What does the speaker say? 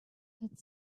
that